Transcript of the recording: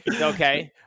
Okay